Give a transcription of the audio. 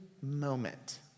moment